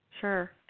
sure